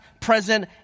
present